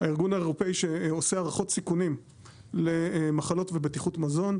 הארגון האירופאי שעושה הערכות סיכונים למחלות ובטיחות מזון,